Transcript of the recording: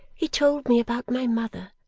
he told me about my mother,